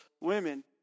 women